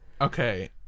Okay